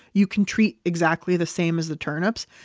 you can treat exactly the same as the turnips.